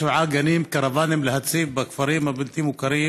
גנים, להציב קרוונים בכפרים הבלתי-מוכרים